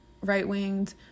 right-winged